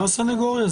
כמו הסנגוריה.